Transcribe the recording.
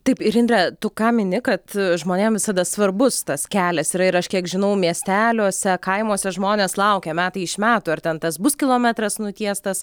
taip ir indre tu ką mini kad žmonėm visada svarbus tas kelias yra ir aš kiek žinau miesteliuose kaimuose žmonės laukia metai iš metų ar ten tas bus kilometras nutiestas